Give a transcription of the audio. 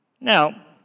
Now